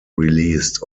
released